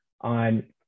on